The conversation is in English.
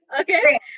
okay